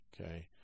okay